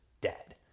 dead